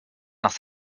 nach